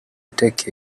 take